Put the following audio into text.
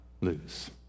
lose